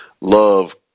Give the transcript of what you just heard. love